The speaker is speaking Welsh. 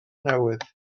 newydd